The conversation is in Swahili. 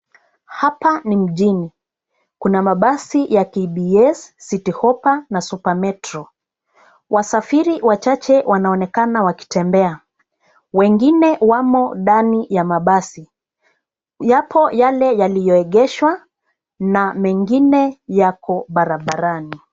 Hapa ni mjini. Kuna mabasi ya KBS, City Hoppa na Super Metro . Wasafiri wachache wanaonekana wakitembea. Wengine wamo ndani ya mabasi. Yapo yale yaliyoegeshwa na mengine yako barabarani.